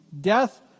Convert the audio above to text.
Death